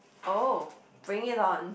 oh bring it on